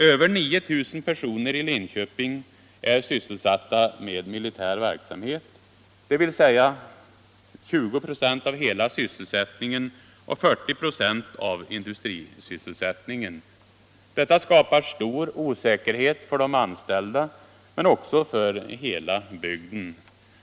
Över 9 000 personer i Linköping är sysselsatta med militär verksamhet —- dvs. 20 46 av hela sysselsättningen och 40 96 av industrisysselsättningen. Detta skapar stor osäkerhet för de anställda men också för hela bygden.